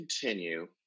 continue